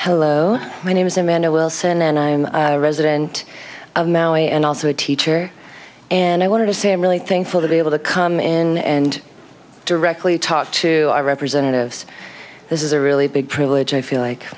hello my name is amanda wilson and i am a resident of maui and also a teacher and i want to say i'm really thankful to be able to come in and directly talk to our representatives this is a really big privilege i feel like